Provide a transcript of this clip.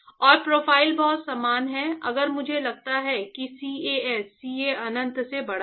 और प्रोफाइल बहुत समान है अगर मुझे लगता है कि CAS CA अनंत से बड़ा है